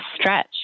stretch